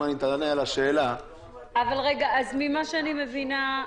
ממה שאני מבינה,